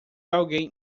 alguém